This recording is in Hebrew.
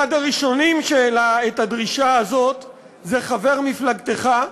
אחד הראשונים שהעלו את הדרישה הזאת הוא חבר מפלגתך,